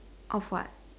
of what